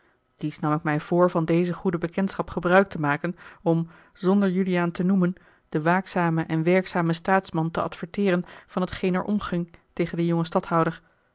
dies nam ik mij voor van deze goede bekendschap gebruik te maken om zonder juliaan te noemen den waakzamen en werkzamen staatsman te adverteeren van t geen er omging tegen den jongen